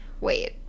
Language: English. wait